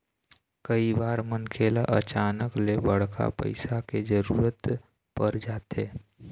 कइ बार मनखे ल अचानक ले बड़का पइसा के जरूरत पर जाथे